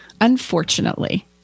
unfortunately